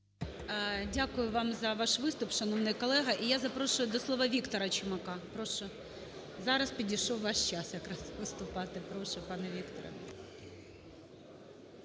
Дякую вам за ваш виступ, шановний колего. І я запрошую до слова Віктора Чумака, прошу. Зараз підійшов ваш час виступати,